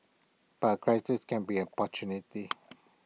but A crisis can be an opportunity